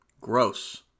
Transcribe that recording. Gross